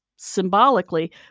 symbolically